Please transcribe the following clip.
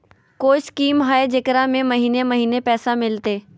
कोइ स्कीमा हय, जेकरा में महीने महीने पैसा मिलते?